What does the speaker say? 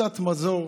קצת מזור,